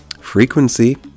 Frequency